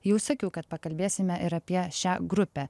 jau sakiau kad pakalbėsime ir apie šią grupę